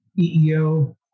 EEO